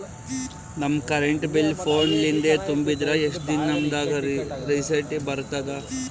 ನಮ್ current bill ಫೋನ ಲಿಂದೇ ತುಂಬಿದ್ರ, ಎಷ್ಟ ದಿ ನಮ್ ದಾಗ ರಿಸಿಟ ಬರತದ?